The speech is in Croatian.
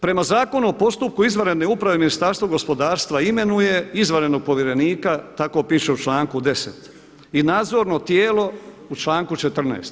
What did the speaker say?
Prema Zakonu o postupku izvanredne uprave Ministarstvo gospodarstva imenuje izvanrednog povjerenika, tako piše u članku 10. i Nadzorno tijelo u članku 14.